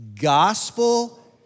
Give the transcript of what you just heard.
Gospel